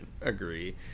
agree